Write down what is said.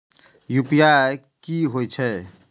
UPI की होई छै?